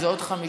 זה עוד חמישה.